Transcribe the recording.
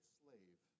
slave